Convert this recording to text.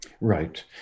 Right